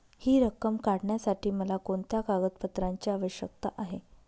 हि रक्कम काढण्यासाठी मला कोणत्या कागदपत्रांची आवश्यकता आहे?